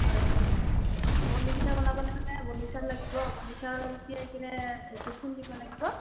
হয় এই বনি পিঠা বনাবলৈ বনি চাউল লাগিব বনি চাউল তিয়াই পিনে ঢেঁকীত খুন্দিব লাগিব